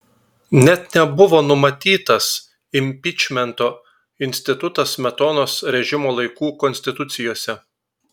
net nebuvo numatytas impičmento institutas smetonos režimo laikų konstitucijose